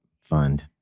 fund